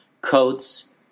coats